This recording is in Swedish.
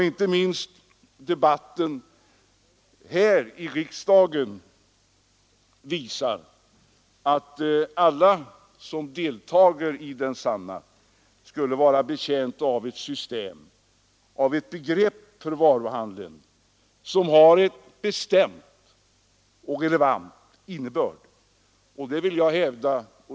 Inte minst debatten här i riksdagen visar att alla som deltar i densamma skulle vara betjänta av ett begrepp för varuhandel som har en bestämd och relevant innebörd.